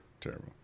terrible